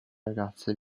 ragazze